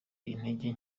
intege